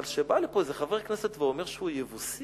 אבל כשבא לפה איזה חבר כנסת ואומר שהוא יבוסי,